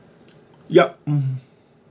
yup mm